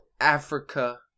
africa